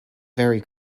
very